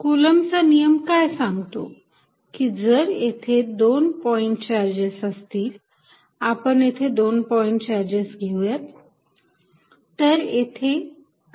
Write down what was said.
तर कुलम्ब चा नियम काय सांगतो की जर येथे दोन पॉईंट चार्जेस असतील आपण येथे पॉईंट चार्जेस घेऊयात